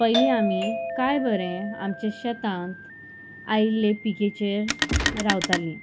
पयलीं आमी कांय बरें आमचे शेतांत आयिल्ले पिकेचेर रावतालीं